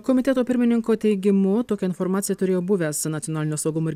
komiteto pirmininko teigimu tokią informaciją turėjo buvęs nacionalinio saugumo ir